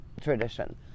tradition